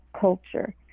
culture